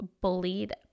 bullied